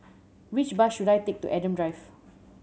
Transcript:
which bus should I take to Adam Drive